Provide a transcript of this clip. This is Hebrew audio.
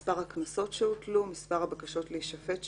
מספר הקנסות שהוטלו, מספר הבקשות להישפט שהוגשו,